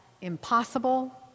impossible